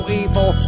evil